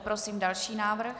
Prosím další návrh.